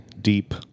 deep